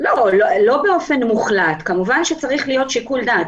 כמובן שצריך להיות שיקול דעת.